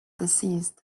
deceased